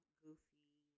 goofy